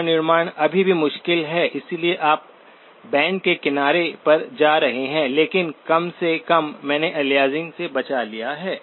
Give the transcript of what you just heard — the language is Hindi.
पुनर्निर्माण अभी भी मुश्किल है क्योंकि आप बैंड के किनारे पर जा रहे हैं लेकिन कम से कम मैंने अलियासिंग से बचा लिया है